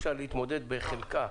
אפשר להתמודד בחלקם.